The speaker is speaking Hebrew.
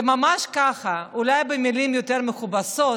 זה ממש ככה, אולי במילים יותר מכובסות,